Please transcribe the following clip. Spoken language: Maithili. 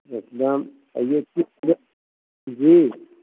एकदम अइयै ठीक जी